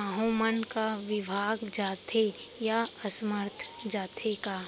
माहो मन का विभाग जाथे या असमर्थ जाथे का?